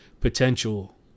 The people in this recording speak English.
potential